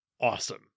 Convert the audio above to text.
awesome